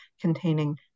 containing